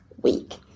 week